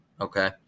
Okay